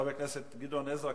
חבר הכנסת גדעון עזרא,